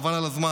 חבל על הזמן,